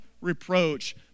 reproach